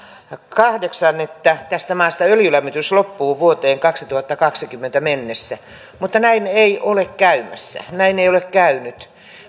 että tästä maasta öljylämmitys loppuu vuoteen kaksituhattakaksikymmentä mennessä näin ei ole käymässä näin ei ole käynyt